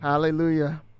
Hallelujah